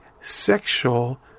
sexual